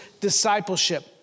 discipleship